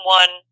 one